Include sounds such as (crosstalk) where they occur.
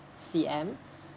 C_M (breath)